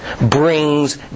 brings